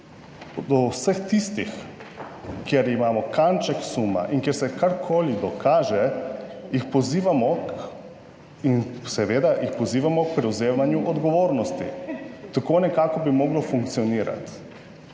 do vseh tistih kjer imamo kanček suma in kjer se karkoli dokaže jih pozivamo k, in seveda jih pozivamo k prevzemanju odgovornosti. Tako nekako bi moglo funkcionirati.